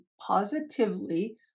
positively